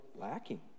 lacking